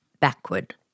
backward